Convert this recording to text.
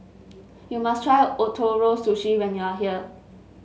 you must try Ootoro Sushi when you are here